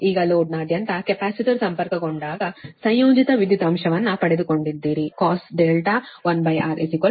ಈಗ ಲೋಡ್ನಾದ್ಯಂತ ಕೆಪಾಸಿಟರ್ ಸಂಪರ್ಕಗೊಂಡಾಗ ಸಂಯೋಜಿತ ವಿದ್ಯುತ್ ಅಂಶವನ್ನು ಪಡೆದುಕೊಂಡಿದ್ದೀರಿCos R1 0